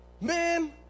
Man